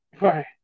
Right